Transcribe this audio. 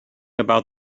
about